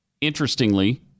interestingly